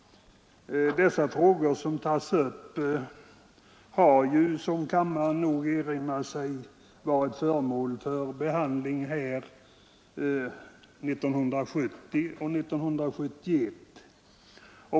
De frågor som tas upp har — som kammaren nog erinrar sig — varit föremål för behandling här 1970 och 1971.